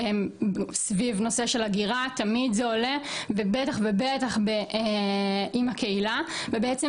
סביב נושא של הגירה תמיד זה עולה ובטח ובטח עם הקהילה ובעצם